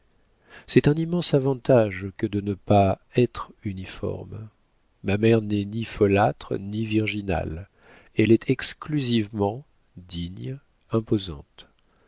c'est un immense avantage que de ne pas être uniforme ma mère n'est ni folâtre ni virginale elle est exclusivement digne imposante